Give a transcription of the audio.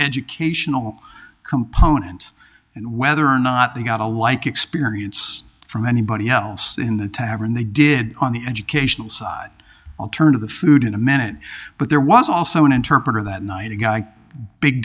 educational component and whether or not they've got a like experience from anybody else in the tavern they did on the educational side i'll turn to the food in a minute but there was also an interpreter that night a guy big